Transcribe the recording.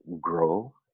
grow